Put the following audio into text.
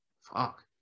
fuck